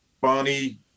Bonnie